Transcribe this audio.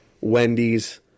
Wendy's